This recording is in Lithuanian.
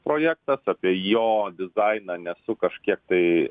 projektas apie jo dizainą nesu kažkiek tai